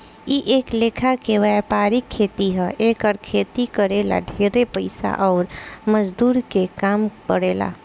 इ एक लेखा के वायपरिक खेती ह एकर खेती करे ला ढेरे पइसा अउर मजदूर के काम पड़ेला